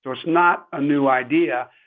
sort of not a new idea,